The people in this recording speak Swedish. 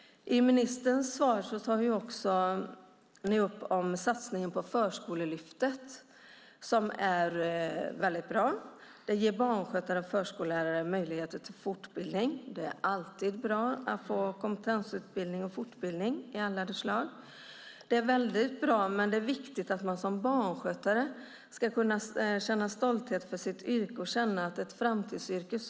Ministern tog också upp i sitt svar satsningen på Förskolelyftet. Det är bra. Det ger barnskötare och förskollärare möjligheter till fortbildning. Det är alltid bra att få kompetensutbildning och fortbildning. Det är viktigt att man som barnskötare kan känna stolthet för sitt yrke och att det är ett framtidsyrke.